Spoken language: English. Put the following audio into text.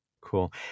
cool